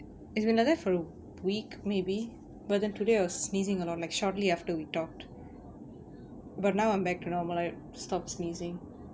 it's been around there for a week maybe but then today I was sneezing a lot like shortly after we talked but now I'm back to normal I stop sneezing